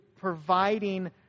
providing